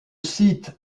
site